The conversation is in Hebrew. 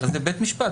הרי זה בית משפט,